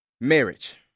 Marriage